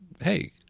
hey